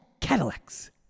Cadillacs